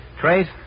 Trace